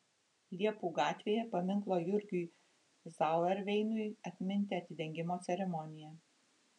liepų gatvėje paminklo jurgiui zauerveinui atminti atidengimo ceremonija